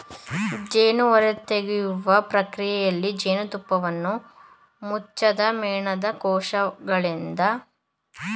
ಜೇನು ಹೊರತೆಗೆಯುವ ಪ್ರಕ್ರಿಯೆಯಲ್ಲಿ ಜೇನುತುಪ್ಪವನ್ನು ಮುಚ್ಚದ ಮೇಣದ ಕೋಶಗಳಿಂದ ಬಲವಂತವಾಗಿ ಹೊರಹಾಕಲಾಗ್ತದೆ